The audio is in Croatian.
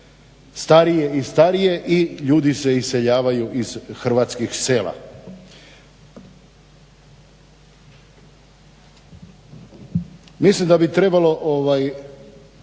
starije i starije i ljudi se iseljavaju iz hrvatskih sela. Mislim da bi trebalo